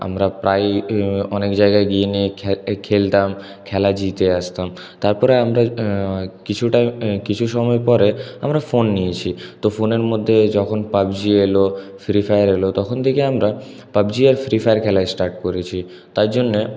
আমরা প্রায়ই অনেক জায়গায় গিয়ে নিয়ে খেলতাম খেলা জিতে আসতাম তারপরে আমরা কিছুটা কিছু সময় পরে আমরা ফোন নিয়েছি তো ফোনের মধ্যে যখন পাবজি এল ফ্রি ফায়ার এল তখন থেকে আমরা পাবজি আর ফ্রি ফায়ার খেলা স্টার্ট করেছি তার জন্য